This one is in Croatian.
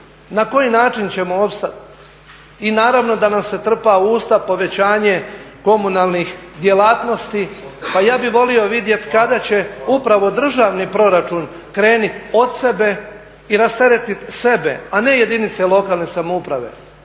na koji način ćemo opstati. I naravno da nam se trpa u usta povećanje komunalnih djelatnosti. Pa ja bih volio vidjeti kada će upravo državni proračun krenuti od sebe i rasteretiti sebe, a ne jedinice lokalne samouprave.